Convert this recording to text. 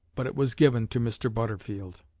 but it was given to mr. butterfield.